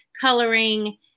coloring